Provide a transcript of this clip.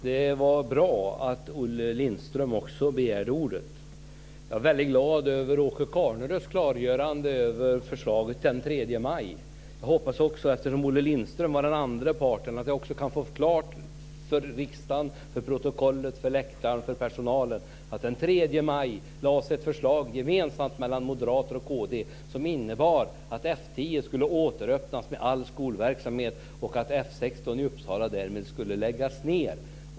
Fru talman! Det är bra att också Olle Lindström begärt ordet. Vidare är jag väldigt glad över Åke Eftersom Olle Lindström var den andre parten hoppas jag att det också kan klargöras för riksdagen, för protokollet, för åhörarna på läktaren och för personalen att den 3 maj lades ett gemensamt förslag fram av moderater och kristdemokrater innebärande att F 10 Uppsala därmed läggs ned.